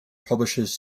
publishes